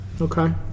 Okay